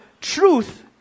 truth